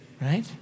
right